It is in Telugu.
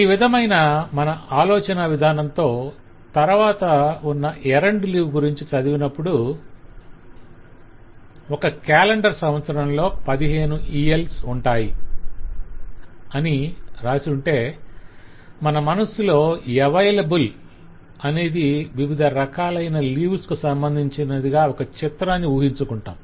ఈ విధమైన మన ఆలోచనా విధానంతో తరవాత ఉన్న ఎరండు లీవ్ గురించి చదివినప్పుడు 'ఒక క్యాలెండర్ సంవత్సరంలో 15 ELs ఉంటాయి 15 ELs are "available" in calendar year అని ఉంటే మన మనస్సులో "available" అనేది వివిధ రకాలైన లీవ్స్ కు సంబంధించినదిగా ఒక చిత్రాన్ని ఊహించుకుంటాము